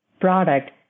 product